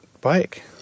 bike